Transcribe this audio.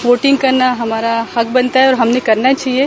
voting करना हमारा हक बनता है और हमे करना चाहिये